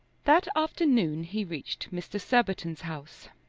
that afternoon he reached mr. surbiton's house,